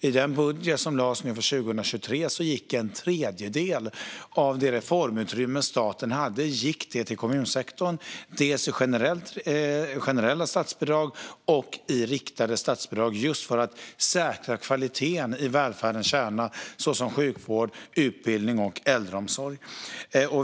I den budget som lades fram inför 2023 gick en tredjedel av det reformutrymme staten hade till kommunsektorn, dels i generella statsbidrag, dels i riktade statsbidrag. Det var just för att säkra kvaliteten i välfärdens kärna, såsom sjukvård, utbildning och äldreomsorg.